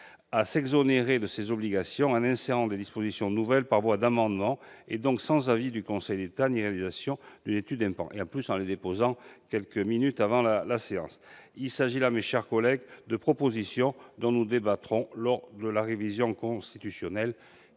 à s'exonérer de ses obligations en insérant des dispositions nouvelles par voie d'amendement, donc sans avis du Conseil d'État ni réalisation d'une étude d'impact. De surcroît, ces amendements ne sont souvent déposés que quelques minutes avant la séance ... Il s'agit là, mes chers collègues, de propositions dont nous débattrons lors de la révision constitutionnelle,